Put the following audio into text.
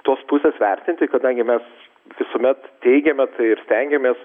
tos pusės vertinti kadangi mes visuomet teigiame tai ir stengiamės